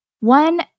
One